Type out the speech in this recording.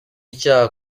icyaha